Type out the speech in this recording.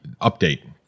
update